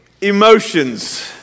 emotions